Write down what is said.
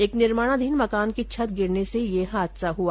एक निर्माणाधीन मकान की छत गिरने से ये हादसा हुआ